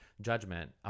Judgment